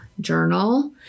journal